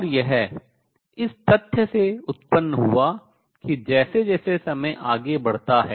और यह इस तथ्य से उत्पन्न हुआ कि जैसे जैसे समय आगे बढ़ता है